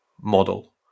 model